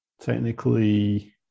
technically